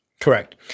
Correct